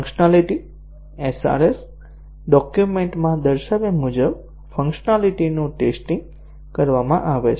functionality SRS ડોક્યુમેન્ટમાં દર્શાવ્યા મુજબ ફંક્શનાલીટી નું ટેસ્ટીંગ કરવામાં આવે છે